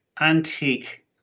antique